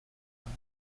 mind